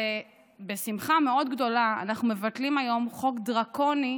בשמחה מאוד גדולה אנחנו מבטלים היום חוק דרקוני,